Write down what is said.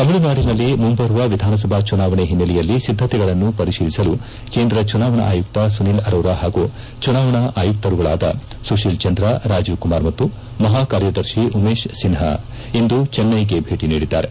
ತಮಿಳುನಾಡಿನಲ್ಲಿ ಮುಂಬರುವ ವಿಧಾನಸಭಾ ಚುನಾವಣೆ ಓನ್ನೆಲೆಯಲ್ಲಿ ಸಿದ್ಧತೆಗಳನ್ನು ಪರಿಶೀಲಿಸಲು ಕೇಂದ್ರ ಚುನಾವಣಾ ಆಯುಕ್ತ ಸುನಿಲ್ ಅರೋರಾ ಪಾಗೂ ಚುನಾವಣಾ ಆಯುಕ್ತರುಗಳಾದ ಸುಶೀಲ್ ಚಂದ್ರ ರಾಜೀವ್ ಕುಮಾರ್ ಮತ್ತು ಮಹಾ ಕಾರ್ಯದರ್ಶಿ ಉಮೇಶ್ ಸಿನ್ಹಾ ಇಂದು ಚೆನ್ನೈಗೆ ಭೇಟಿ ನೀಡಿದ್ದಾರೆ